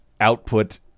output